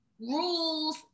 rules